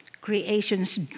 creation's